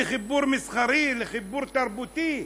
לחיבור מסחרי, לחיבור תרבותי,